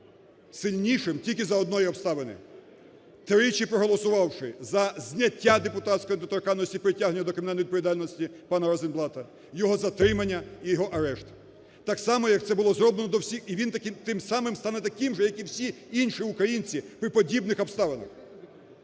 сильнішим тільки за однієї обставини – тричі проголосувавши за зняття депутатської недоторканності і притягнення до кримінальної відповідальності пана Розенблата, його затримання і його арешт. Так само, як це було зроблено до всіх… і він тим самим стане таким же, як і всі інші українці при подібних обставинах.